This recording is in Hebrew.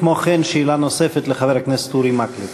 כמו כן, שאלה נוספת לחבר הכנסת אורי מקלב.